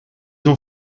ont